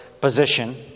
position